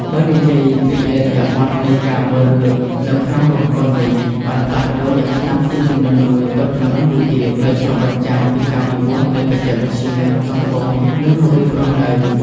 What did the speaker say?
បើនិយាយពីឥរិយាបថនៃការមើលរឿងនៅក្នុងរោងកុនវិញបានផ្លាស់ប្ដូរយ៉ាងខ្លាំងពីជំនាន់មួយទៅជំនាន់មួយទៀត ដោយឆ្លុះបញ្ចាំងពីការវិវត្តន៍នៃបច្ចេកវិទ្យា សង្គម និងរបៀបរស់នៅ។